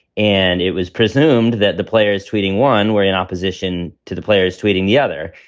and it was presumed that the players tweeting one were in opposition to the players tweeting the other.